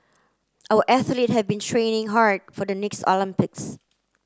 our athlete have been training hard for the next Olympics